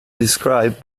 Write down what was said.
described